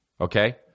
okay